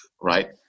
right